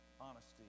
honesty